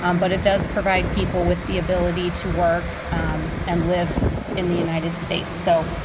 um but it does provide people with the ability to work and live in the united states. so,